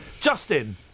Justin